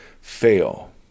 fail